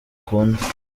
bakunda